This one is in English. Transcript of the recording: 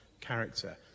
character